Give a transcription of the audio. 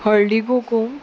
हळडी कुकूम